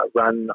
run